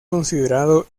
considerado